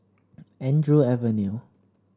Andrew Avenue